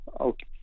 okay